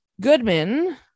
Goodman